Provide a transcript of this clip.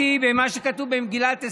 במה שכתוב במגילת אסתר,